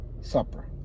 supper